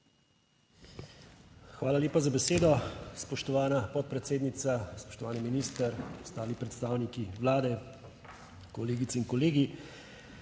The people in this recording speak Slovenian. Hvala lepa za besedo, spoštovana podpredsednica. Spoštovani minister, ostali predstavniki Vlade, kolegice in kolegi!